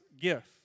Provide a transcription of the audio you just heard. gift